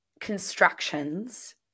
constructions